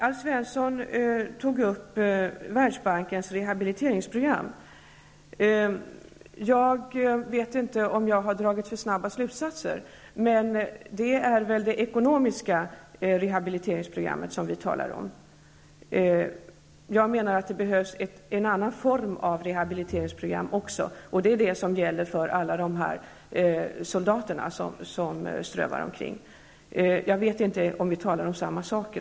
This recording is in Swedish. Alf Svensson tog upp frågan om Världsbankens rehabiliteringsprogram. Jag vet inte om jag har dragit för snabba slutsatser. Men det måste väl vara det ekonomiska rehabiliteringsprogrammet vi talar om? Jag menar att det även behövs en annan form av rehabiliteringsprogram. Det är det som behövs för alla soldaterna som strövar omkring. Jag vet inte om vi talar om samma sak.